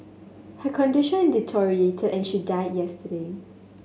her condition deteriorated and she died yesterday